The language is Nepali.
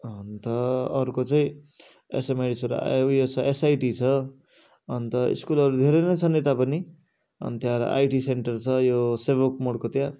अन्त अर्को चाहिँ एसएमआइटी उयो छ एसआइटी छ अन्त स्कुलहरू धेरै नै छन् यता पनि अनि त्यहाँबाट आइटी सेन्टर छ यो सेभोक मोडको त्यहाँ